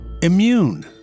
Immune